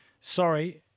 Sorry